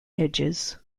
edges